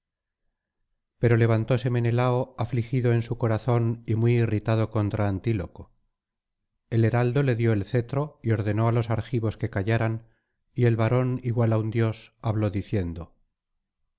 pero levantóse menelao afligido en su corazón y muy irritado contra antíloco el heraldo le dio el cetro y ordenó á los argivos que callaran y el varón igual á un dios habló diciendo